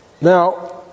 Now